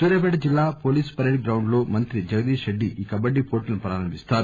సూర్యాపేట జిల్లా police parade గ్రౌండ్లో మంత్రి జగదీష్ రెడ్డి ఈ కబడ్డీ పోటీలను ప్రారంభిస్తారు